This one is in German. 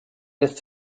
lässt